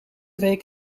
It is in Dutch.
week